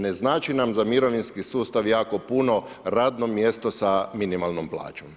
Ne znači nam za mirovinski sustav jako puno radno mjesto sa minimalnom plaćom.